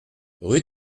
rue